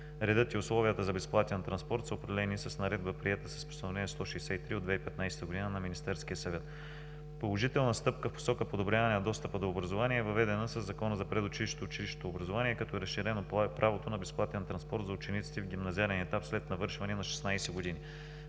Редът и условията за безплатен транспорт са определени с наредба, приета с Постановление № 153, от 2015 г. на Министерския съвет. Положителна стъпка в посока подобряване на достъпа до образование е въведена със Закона за предучилищното и училищното образование, като е разширено правото на безплатен транспорт за учениците в гимназиален етап – след навършване на 16 години.